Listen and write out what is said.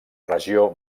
regió